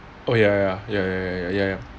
oh ya ya ya ya ya ya